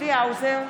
צבי האוזר,